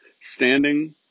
standing